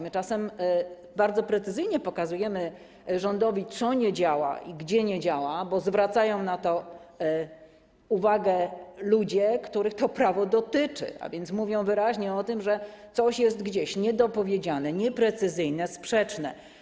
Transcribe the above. My czasem bardzo precyzyjnie pokazujemy rządowi, co nie działa i gdzie nie działa, bo zwracają na to uwagę ludzie, których to prawo dotyczy, a więc mówią wyraźnie o tym, że coś jest gdzieś niedopowiedziane, nieprecyzyjne, sprzeczne.